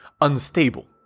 unstable